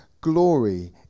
glory